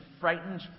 frightened